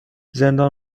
زندان